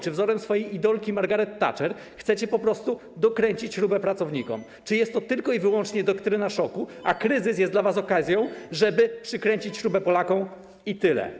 Czy wzorem swojej idolki Margaret Thatcher chcecie po prostu dokręcić śrubę pracownikom, czy jest to tylko i wyłącznie doktryna szoku, a kryzys jest dla was okazją, żeby przykręcić śrubę Polakom i tyle?